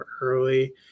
early